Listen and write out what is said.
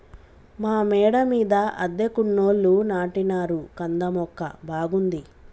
మా మేడ మీద అద్దెకున్నోళ్లు నాటినారు కంద మొక్క బాగుంది